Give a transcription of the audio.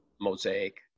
Mosaic